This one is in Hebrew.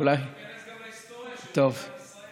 תיכנס גם להיסטוריה של מדינת ישראל.